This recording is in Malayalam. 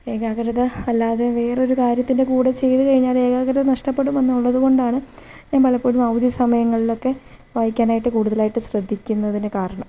ഏകാഗ്രത അല്ലാതെ വേറൊരു കാര്യത്തിന്റെ കൂടെ ചെയ്ത് കഴിഞ്ഞാൽ ഏകാഗ്രത നഷ്ടപ്പെടുമെന്നുള്ളത് കൊണ്ടാണ് ഞാന് പലപ്പോഴും അവധി സമയങ്ങളിലൊക്കെ വായിക്കാനായിട്ട് കൂടുതലായിട്ട് ശ്രദ്ധിക്കുന്നതിന് കാരണം